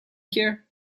here